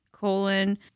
colon